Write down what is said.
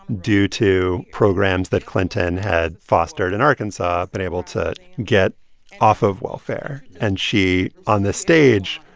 due to programs that clinton had fostered in arkansas, been able to get off of welfare. and she, on this stage,